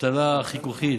האבטלה חיכוכית,